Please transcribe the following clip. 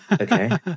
Okay